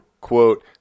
quote